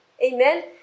Amen